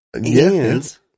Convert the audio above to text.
yes